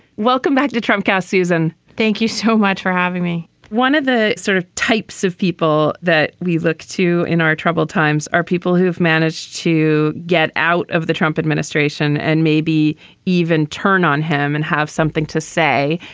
welcome back to trump card. susan thank you so much for having me one of the sort of types of people that we look to in our troubled times are people who've managed to get out of the trump administration and maybe even turn on him and have something to say.